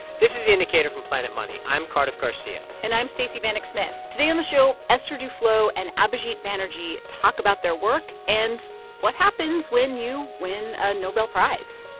this is the indicator from planet money. i'm cardiff garcia and i'm stacey vanek smith. today on the show, esther duflo and abhijit banerjee talk about their work and what happens when you win a nobel prize